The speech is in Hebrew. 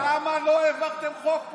לא הבנתי, למה לא העברתם חוק פה?